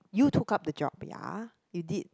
you took up the job ya you did